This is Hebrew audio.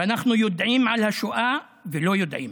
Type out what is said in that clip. ואנחנו יודעים על השואה ולא יודעים